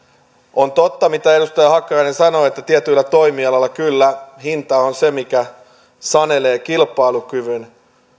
on totta mitä edustaja hakkarainen sanoi että tietyillä toimialoilla kyllä hinta on se mikä sanelee kilpailukyvyn